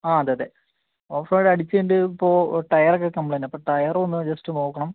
ആ അതെയതെ ഓഫ്റോഡ് അടിച്ചു കഴിഞ്ഞിട്ട് ഇപ്പോൾ ടയറൊക്കെ കംപ്ലെയ്ൻ്റാണ് അപ്പോൾ ടയറൊന്ന് ജസ്റ്റ് നോക്കണം